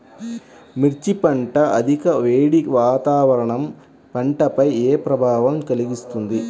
మిర్చి పంట అధిక వేడి వాతావరణం పంటపై ఏ ప్రభావం కలిగిస్తుంది?